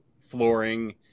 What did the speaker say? flooring